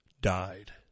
died